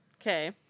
okay